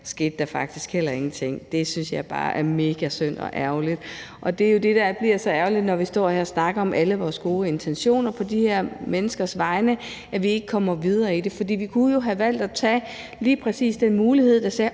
beretning, faktisk heller ingenting skete. Det synes jeg bare er megasynd og ærgerligt, og det er jo det, der bliver så ærgerligt, når vi står her og snakker om alle vores gode intentioner på de her menneskers vegne, altså at vi ikke kommer videre i det. For vi kunne jo have valgt lige præcis den mulighed at sige,